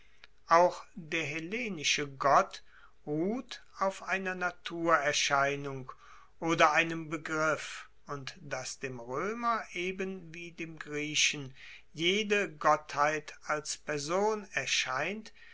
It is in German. auch der hellenische gott ruht auf einer naturerscheinung oder einem begriff und dass dem roemer eben wie dem griechen jede gottheit als person erscheint